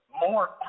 more